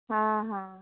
ହଁ ହଁ